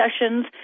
sessions